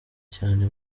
cyane